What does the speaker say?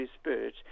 spirit